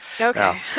Okay